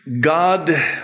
God